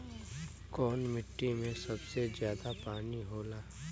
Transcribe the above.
कौन मिट्टी मे सबसे ज्यादा पानी होला?